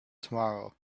tomorrow